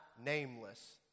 nameless